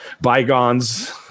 bygones